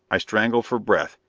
i strangled for breath,